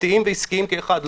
פרטיים ועסקיים כאחד.